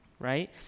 Right